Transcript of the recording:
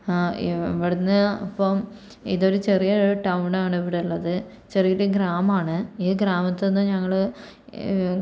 ആ ഇവിടന്ന് ഇപ്പം ഇതൊരു ചെറിയ ഒരു ടൗൺ ആണ് ഇവിടെ ഉള്ളത് ചെറിയൊരു ഗ്രാമമാണ് ഈ ഗ്രാമത്തിൽ നിന്ന് ഞങ്ങള്